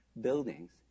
buildings